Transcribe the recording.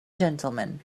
gentlemen